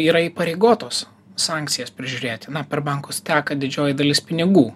yra įpareigotos sankcijas prižiurėti na per bankus teka didžioji dalis pinigų